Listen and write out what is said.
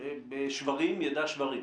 שברים ידע שברים?